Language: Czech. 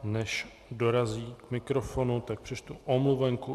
Než dorazí k mikrofonu, tak přečtu omluvenku.